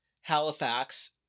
Halifax